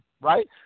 right